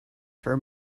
for